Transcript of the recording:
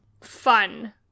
fun